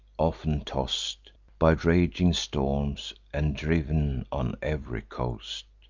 often toss'd by raging storms, and driv'n on ev'ry coast,